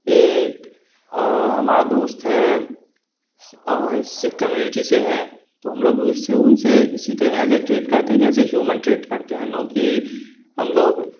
ایک ہمارا دوست ہے سکھ کمیونٹی سے ہے تو ہم لوگ بھی اس سے ان سے اسی طرح ایز اے ٹریٹ کرتے ہیں ایز اے ہیومن ٹریٹ کرتے ہیں نا کہ ہم لوگ